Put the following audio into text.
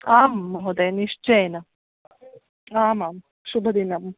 आं महोदय निश्चयेन आमां शुभदिनम्